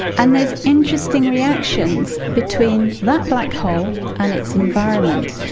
and there's interesting reactions between that black hole and its environment,